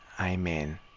Amen